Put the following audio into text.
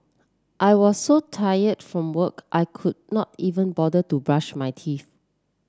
I was so tired from work I could not even bother to brush my teeth